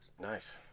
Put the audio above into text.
nice